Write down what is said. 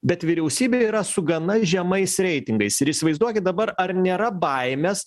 bet vyriausybė yra su gana žemais reitingais ir įsivaizduokit dabar ar nėra baimės